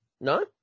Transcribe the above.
No